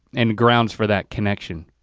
and grounds for that connection,